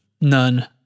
None